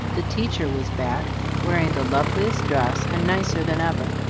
the teacher was back, wearing the loveliest dress, and nicer than ever,